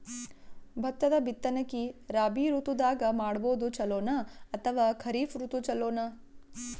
ಭತ್ತದ ಬಿತ್ತನಕಿ ರಾಬಿ ಋತು ದಾಗ ಮಾಡೋದು ಚಲೋನ ಅಥವಾ ಖರೀಫ್ ಋತು ಚಲೋನ?